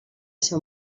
ser